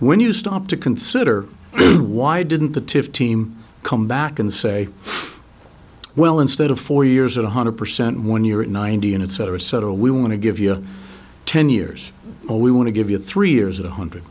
when you stop to consider why didn't the tiff team come back and say well instead of four years at one hundred percent when you're at ninety and it's either a set or we want to give you ten years or we want to give you three years a hun